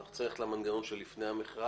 אנחנו רוצים ללכת למנגנון של לפני המכרז.